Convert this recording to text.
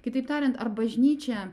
kitaip tariant ar bažnyčia